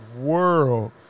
world